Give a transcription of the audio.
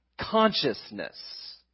consciousness